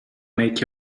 make